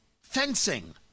fencing